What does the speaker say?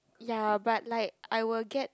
ya but like I will get